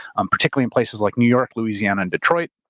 um particularly in places like new york, louisiana, and detroit,